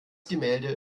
gemälde